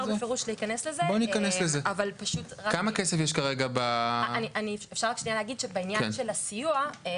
השר גבאי אמר זאת כאן בוועדה הזו כשהחוק הזה חוקק,